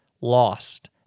lost